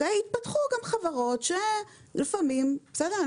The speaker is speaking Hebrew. התפתחו גם חברות שלפעמים מנצלים צרכנים.